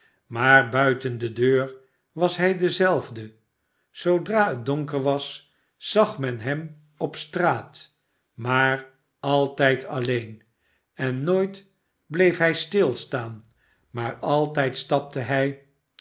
maar buiten de deur was hij dezelfde zoodra het donker was zag men hem op straat maar altijd alleen en nooit bleef hij stilstaan maar altijd stapte bij